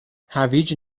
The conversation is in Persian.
هویج